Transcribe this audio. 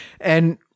And-